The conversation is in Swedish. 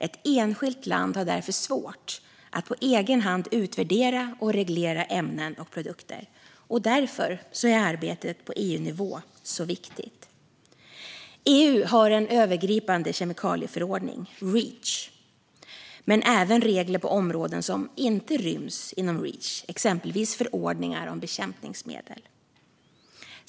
Ett enskilt land har svårt att på egen hand utvärdera och reglera ämnen och produkter. Därför är arbetet på EU-nivå viktigt. EU har en övergripande kemikalieförordning, Reach, men även regler på områden som inte ryms inom Reach som exempelvis förordningar om bekämpningsmedel.